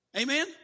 Amen